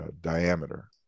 diameter